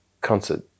concert